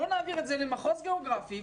בואו נעביר את זה למחוז גיאוגרפי,